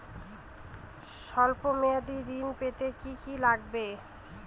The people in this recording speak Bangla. সল্প মেয়াদী ঋণ পেতে কি কি লাগবে?